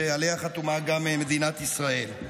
שעליה חתומה גם מדינת ישראל.